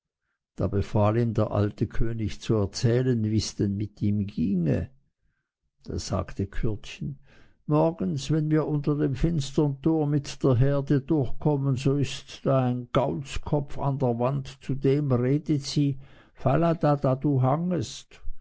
da befahl ihm der alte könig zu erzählen wies ihm denn mit ihr ginge da sagte kürdchen morgens wenn wir unter dem finsteren tor mit der herde durchkommen so ist da ein gaulskopf an der wand zu dem redet sie falada da du hangest